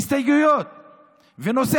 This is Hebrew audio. הצתות ומעשי